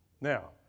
Now